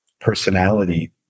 personality